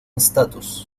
status